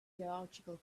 hierarchical